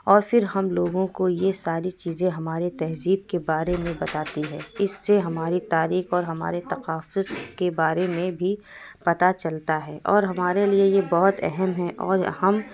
اور پھر ہم لوگوں کو یہ ساری چیزیں ہمارے تہذیب کے بارے میں بتاتی ہے اس سے ہماری تاریخ اور ہمارے تقافت کے بارے میں بھی پتہ چلتا ہے اور ہمارے لیے یہ بہت اہم ہے اور ہم